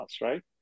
right